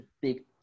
big